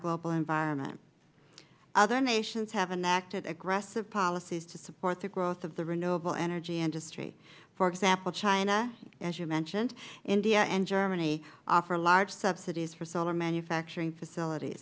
global environment other nations have enacted aggressive policies to support the growth of the renewable energy industry for example china as you mentioned india and germany offer large subsidies for solar manufacturing facilit